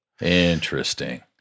Interesting